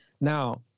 Now